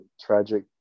tragic